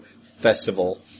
Festival